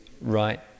right